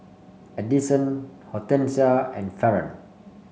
Edison Hortensia and Faron